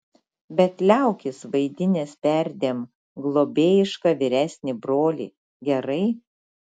bet liaukis vaidinęs perdėm globėjišką vyresnį brolį gerai